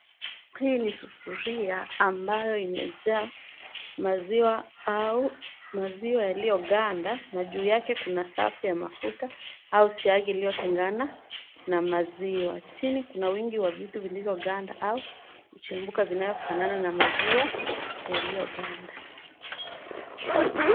Hii ni sufuria ambayo imejaa maziwa au maziwa yaliyoganda ,na juu yake kuna safu ya mafuta au siagi iliyotengana na maziwa, chini kuna wingi wa vitu vilivyoganda au kuchemka vinavyofanana na maziwa yaliyoganda .